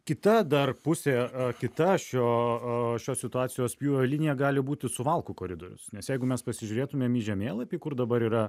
kita dar pusė kita šio šios situacijos pjūvio linija gali būti suvalkų koridorius nes jeigu mes pasižiūrėtumėm į žemėlapį kur dabar yra